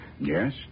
Yes